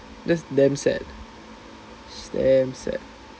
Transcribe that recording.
that's damn sad damn sad